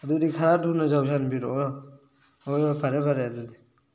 ꯑꯗꯨꯗꯤ ꯈꯔ ꯊꯨꯅ ꯌꯧꯁꯟꯕꯤꯔꯛꯑꯣ ꯍꯣꯏ ꯍꯣꯏ ꯐꯔꯦ ꯐꯔꯦ ꯑꯗꯨꯗꯤ